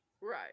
Right